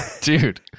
Dude